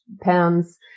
pounds